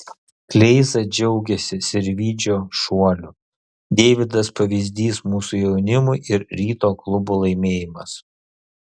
kleiza džiaugiasi sirvydžio šuoliu deividas pavyzdys mūsų jaunimui ir ryto klubo laimėjimas